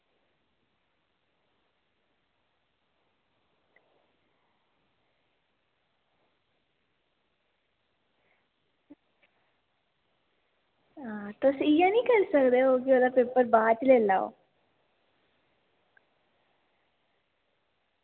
तुस इंया निं करी सकदे ओह् की ओह्दा पेपर बाद लेई लैओ